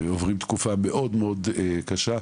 ועוברים תקופה מאוד מאוד קשה.